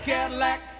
Cadillac